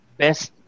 best